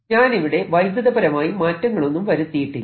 ഞാനിവിടെ വൈദ്യുതപരമായി മാറ്റങ്ങളൊന്നും വരുത്തിയിട്ടില്ല